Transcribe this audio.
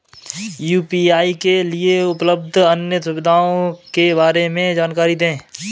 UPI के लिए उपलब्ध अन्य सुविधाओं के बारे में जानकारी दें?